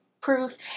proof